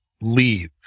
leave